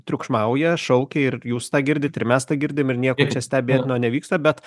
triukšmauja šaukia ir jūs tą girdit ir mes tą girdim ir nieko čia stebėtino nevyksta bet